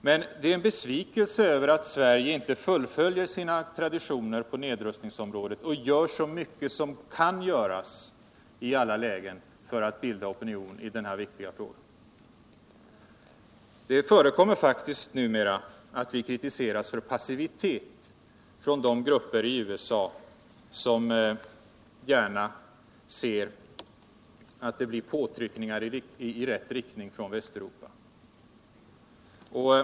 Men det är en besvikelse över att Sverige inte fullföljer sina traditioner på nedrustningsområdet och i alla lägen gör så mycket som kan göras för att bilda opinion i denna viktiga fråga. Det förekommer faktiskt numera att vi kritiseras för passivitet av de grupper i USA som gärna ser påtryckningar i rätt riktning från Västeuropa.